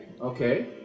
Okay